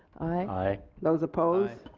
aye. those opposed?